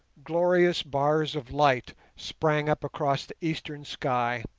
glorious bars of light sprang up across the eastern sky,